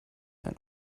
ein